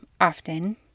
often